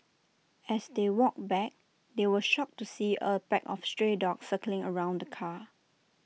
as they walked back they were shocked to see A pack of stray dogs circling around the car